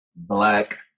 Black